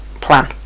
plan